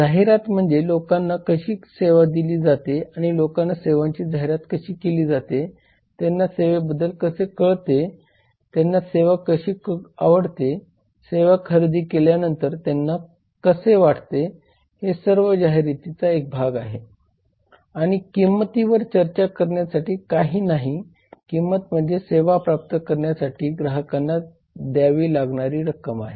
जाहिरात म्हणजे लोकांना कशी सेवा दिली जाते आणि लोकांना सेवांची जाहिरात कशी केली जाते त्यांना सेवेबद्दल कसे कळते त्यांना सेवा कशी आवडते सेवा खरेदी केल्यानंतर त्यांना कसे वाटते हे सर्व जाहिरातीचा एक भाग आहे आणि किंमतीवर चर्चा करण्यासारखे काही नाही किंमत म्हणजे सेवा प्राप्त करण्यासाठी ग्राहकांना द्यावी लागणारी रक्कम आहे